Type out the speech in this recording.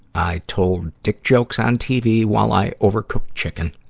i told dick jokes on tv while i overcooked chicken.